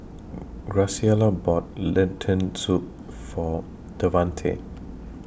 Graciela bought Lentil Soup For Davante